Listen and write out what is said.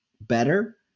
better